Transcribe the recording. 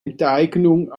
enteignung